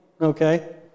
Okay